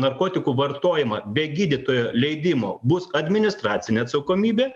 narkotikų vartojimą be gydytojo leidimo bus administracinė atsakomybė